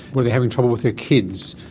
where they having trouble with their kids,